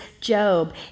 Job